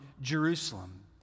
Jerusalem